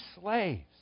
slaves